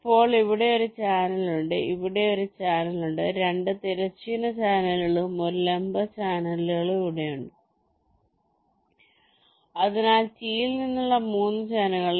അപ്പോൾ ഇവിടെ ഒരു ചാനൽ ഉണ്ട് ഇവിടെ ഒരു ചാനലുണ്ട് 2 തിരശ്ചീന ചാനലുകളും ഒരു ലംബ ചാനലും ഇവിടെയുണ്ട് അതിനാൽ ടിയിൽ നിന്നുള്ള 3 ചാനലുകൾ